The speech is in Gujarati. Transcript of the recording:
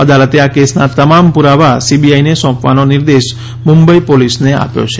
અદાલતે આ કેસના તમામ પુરાવા સીબીઆઈને સોંપવાનો નિર્દેશ મુંબઈ પોલીસને આપ્યો છે